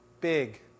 Big